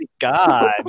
God